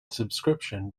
subscription